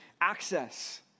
access